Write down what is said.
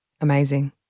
Amazing